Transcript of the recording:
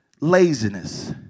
laziness